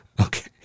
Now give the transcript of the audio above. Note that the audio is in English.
okay